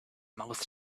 mouth